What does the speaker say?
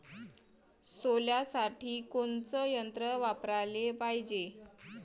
सोल्यासाठी कोनचं यंत्र वापराले पायजे?